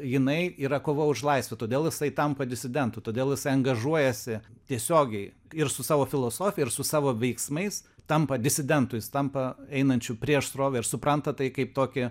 jinai yra kova už laisvę todėl jisai tampa disidentu todėl jisai angažuojasi tiesiogiai ir su savo filosofija ir su savo veiksmais tampa disidentu jis tampa einančiu prieš srovę ir supranta tai kaip tokį